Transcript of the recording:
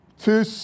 two